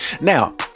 Now